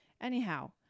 Anyhow